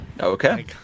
Okay